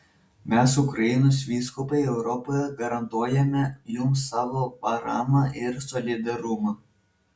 mes ukrainos vyskupai europoje garantuojame jums savo paramą ir solidarumą